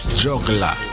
juggler